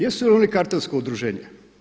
Jesu li oni kartelsko udruženje?